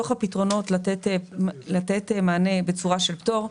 בתוך הפתרונות של נתינת מענה בצורה של פטור,